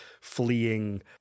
fleeing